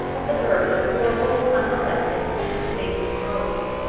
of the bird that warbles unmolested in its native groves.